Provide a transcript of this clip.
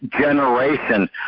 generation